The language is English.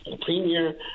Premier